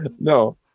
No